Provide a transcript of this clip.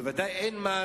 בוודאי אין מס.